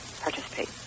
participate